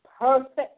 perfect